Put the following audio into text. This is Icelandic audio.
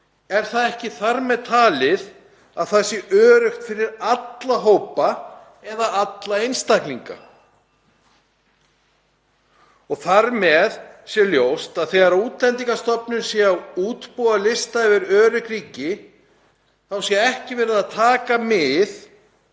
er ekki þar með sagt að það sé öruggt fyrir alla hópa eða alla einstaklinga. Þar með sé ljóst að þegar Útlendingastofnun sé að útbúa lista yfir örugg ríki þá sé t.d. ekki verið að taka mið